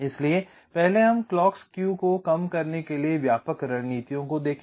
इसलिए पहले हम क्लॉक के स्क्यू को कम करने के लिए व्यापक रणनीतियों को देखें